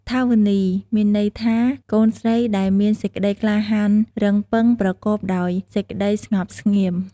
ថាវនី បានន័យថា កូនស្រីដែលមានសេចក្តីក្លាហានរឹងបុឹង ប្រកបដោយសេចក្តីស្ងប់ស្ងៀម។